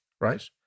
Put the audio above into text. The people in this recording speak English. right